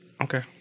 Okay